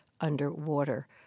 underwater